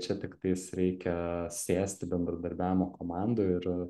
čia tiktai reikia sėsti bendradarbiavimo komandoj ir